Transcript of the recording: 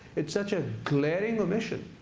it's such a glaring omission.